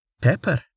pepper